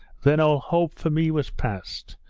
then all hope for me was past!